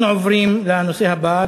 אנחנו עוברים לנושא הבא.